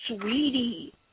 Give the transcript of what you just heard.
sweetie